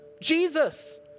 Jesus